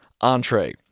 entree